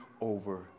over